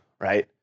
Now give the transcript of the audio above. right